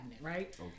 right